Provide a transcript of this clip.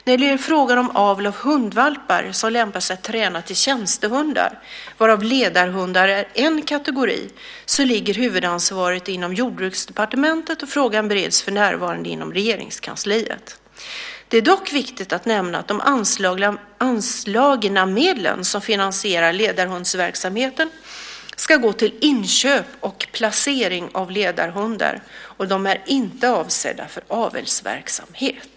När det gäller frågan om avel av hundvalpar som lämpar sig att träna till tjänstehundar, varav ledarhundar är en kategori, ligger huvudansvaret inom Jordbruksdepartementet och frågan bereds för närvarande inom Regeringskansliet. Det är dock viktigt att nämna att de anslagna medel som finansierar ledarhundsverksamheten ska gå till inköp och placering av ledarhundar, och de är inte avsedda för avelsverksamhet.